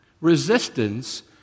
resistance